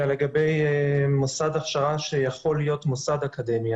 אלא לגבי מוסד הכשרה שיכול להיות מוסד אקדמי.